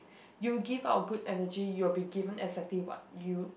you give out a good energy you will be given exactly what you